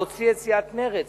להוציא את סיעת מרצ,